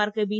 mark B